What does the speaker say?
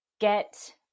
get